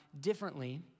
differently